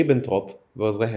ריבנטרופ ועוזריהם.